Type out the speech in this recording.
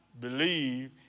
believe